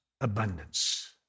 abundance